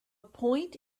point